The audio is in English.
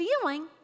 feeling